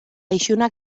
isunak